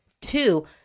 Two